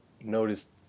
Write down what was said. noticed